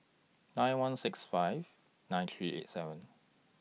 nine one six five nine three eight seven